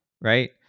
right